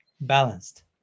balanced